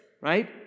right